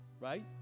right